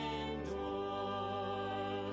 endure